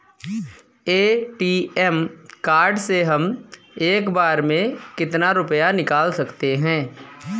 ATM card से हम एक बार में कितना रुपया निकाल सकते हैं?